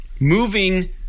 Moving